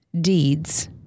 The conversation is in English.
deeds